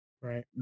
Right